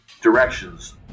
directions